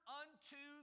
unto